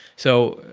so,